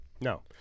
no